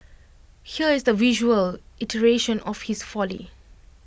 here is the visual iteration of his folly